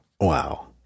Wow